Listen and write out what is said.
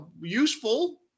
useful